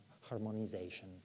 harmonization